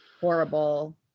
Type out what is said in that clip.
horrible